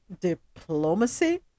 diplomacy